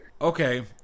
Okay